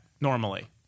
normally